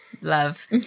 Love